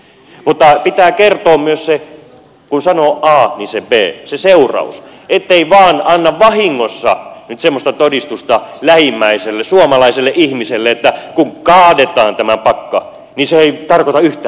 mutta kun sanoo a pitää kertoa myös se b se seuraus ettei vaan anna vahingossa nyt semmoista todistusta lähimmäiselle suomalaiselle ihmiselle että kun kaadetaan tämä pakka niin se ei tarkoita yhtään mitään